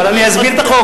אבל אני אסביר את החוק,